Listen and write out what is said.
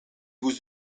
vous